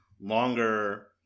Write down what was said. longer